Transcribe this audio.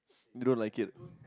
you don't like it